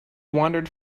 wandered